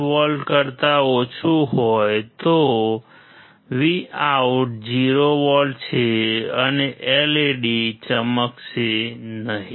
5V કરતા ઓછું હોય તો Vout 0V છે અને LED ચમકશે નહીં